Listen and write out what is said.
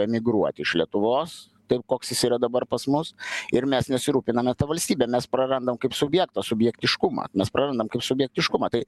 emigruot iš lietuvos tai koks jis yra dabar pas mus ir mes nesirūpiname ta valstybe mes prarandam kaip subjektą subjektiškumą mes prarandam subjektiškumą tai